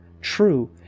true